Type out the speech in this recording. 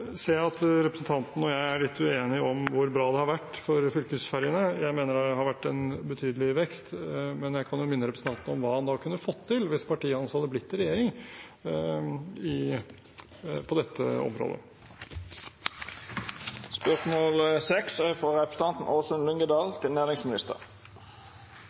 at representanten og jeg er litt uenige om hvor bra det har vært for fylkesfergene. Jeg mener det har vært en betydelig vekst. Men jeg kan jo minne representanten om hva han kunne fått til på dette området hvis partiet hans hadde blitt i regjering. «I kompensasjonsordningen for næringslivet i